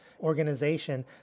organization